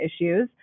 issues